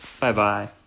Bye-bye